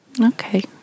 Okay